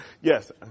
Yes